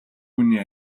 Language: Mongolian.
хүний